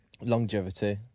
longevity